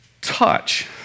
touch